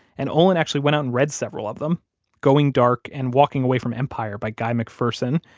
and olin actually went and read several of them going dark and walking away from empire by guy mcpherson,